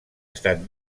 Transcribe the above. estat